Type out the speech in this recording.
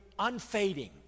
unfading